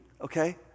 okay